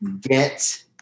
Get